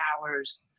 hours